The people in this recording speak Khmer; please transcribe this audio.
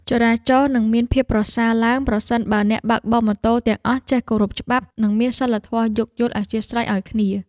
ចរាចរណ៍នឹងមានភាពប្រសើរឡើងប្រសិនបើអ្នកបើកបរម៉ូតូទាំងអស់ចេះគោរពច្បាប់និងមានសីលធម៌យោគយល់អធ្យាស្រ័យឱ្យគ្នា។